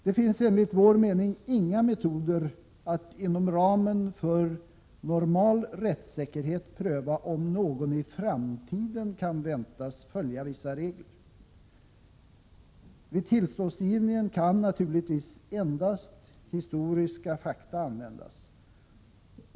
Det finns enligt vår mening inga metoder att inom ramen för normal rättssäkerhet pröva om någon i framtiden kan väntas följa vissa regler. Vid tillståndsgivningen kan naturligtvis endast historiska fakta användas.